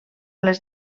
les